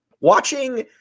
Watching